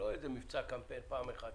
לא מבצע קמפיין פעם אחת.